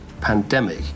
pandemic